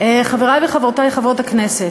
חברי וחברותי חברות הכנסת,